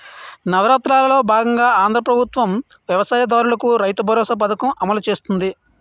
నవరత్నాలలో బాగంగా ఆంధ్రా ప్రభుత్వం వ్యవసాయ దారులకు రైతుబరోసా పథకం అమలు చేస్తుంది